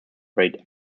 rate